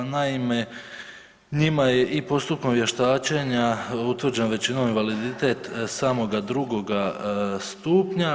Naime, njima je i postupkom vještačenja utvrđeno većinom invaliditet samoga 2. stupnja.